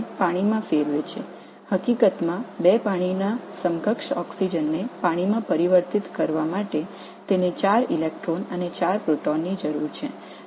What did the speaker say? உண்மையில் இரண்டு இணையான நீர் மூலக்கூறு ஆக்ஸிஜனை தண்ணீராக மாற்ற 4 எலக்ட்ரான்கள் மற்றும் 4 புரோட்டான்கள் தேவைப்படுகிறது